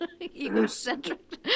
egocentric